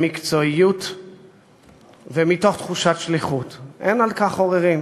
במקצועיות ומתוך תחושת שליחות, אין על כך עוררין.